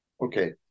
Okay